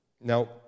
Now